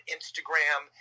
Instagram